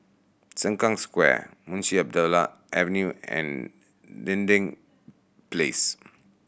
Sengkang Square Munshi Abdullah Avenue and Dinding Place